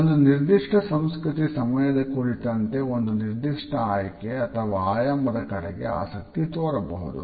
ಒಂದು ನಿರ್ದಿಷ್ಟ ಸಂಸ್ಕೃತಿ ಸಮಯದ ಕುರಿತಂತೆ ಒಂದು ನಿರ್ದಿಷ್ಟ ಆಯ್ಕೆ ಅಥವಾ ಆಯಾಮದ ಕಡೆಗೆ ಆಸಕ್ತಿ ತೋರಿಸಬಹುದು